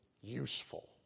useful